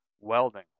Welding